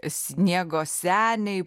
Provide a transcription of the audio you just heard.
sniego seniai